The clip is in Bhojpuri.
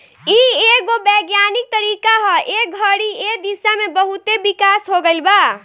इ एगो वैज्ञानिक तरीका ह ए घड़ी ए दिशा में बहुते विकास हो गईल बा